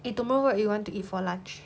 eh tomorrow what you want to eat for lunch